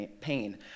pain